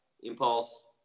Impulse